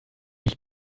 ich